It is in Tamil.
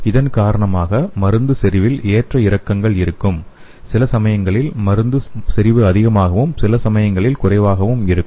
இதன் காரணமாக மருந்து செறிவில் ஏற்ற இறக்கங்கள் இருக்கும் சில சமயங்களில் மருந்துகளின் செறிவு அதிகமாகவும் சில சமயங்களில் குறைவாகவும் இருக்கும்